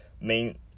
main